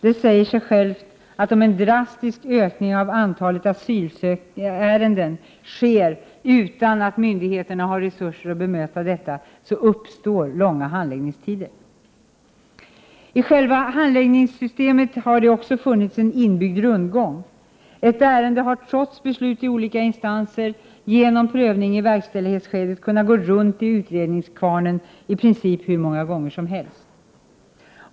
Det säger sig självt, att om en drastisk ökning av antalet asylärenden sker utan att myndigheterna har resurser för att bemöta detta, så uppstår långa handläggningstider. I själva handläggningssystemet har det också funnits en inbyggd rundgång. Ett ärende har trots beslut i olika instanser, genom prövning i verkställighetsskedet kunnat gå runt i utredningskvarnen i princip hur många gånger som helst.